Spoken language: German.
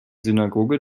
synagoge